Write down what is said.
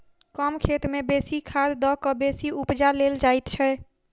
कम खेत मे बेसी खाद द क बेसी उपजा लेल जाइत छै